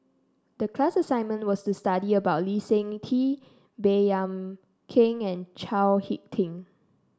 the class assignment was to study about Lee Seng Tee Baey Yam Keng and Chao HicK Tin